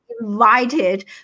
invited